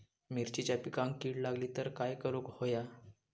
मिरचीच्या पिकांक कीड लागली तर काय करुक होया?